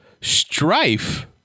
Strife